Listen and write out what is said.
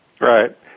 Right